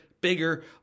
bigger